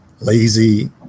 lazy